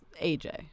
AJ